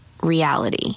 reality